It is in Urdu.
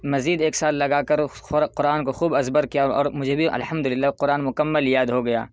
مزید ایک سال لگا کر قرآن کو خوب ازبر کیا اور مجھے بھی الحمدللہ قرآن مکمل یاد ہو گیا